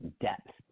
depth